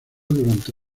durante